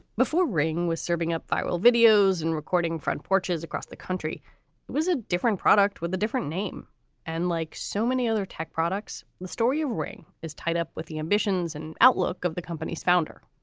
before ring was serving up viral videos and recording front porches across the country, it was a different product with a different name and like so many other tech products. the story ring is tied up with the ambitions and outlook of the company's founder.